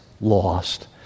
lost